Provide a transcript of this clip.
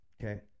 Okay